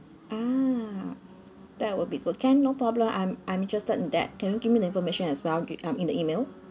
a'ah that will be good can no problem I'm I'm interested in that can you give me information as well give um in the email